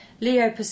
Leo